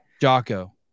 Jocko